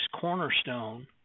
cornerstone